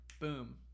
Boom